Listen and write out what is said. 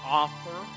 offer